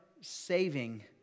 saving